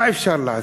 מה אפשר לעשות?